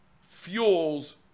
fuels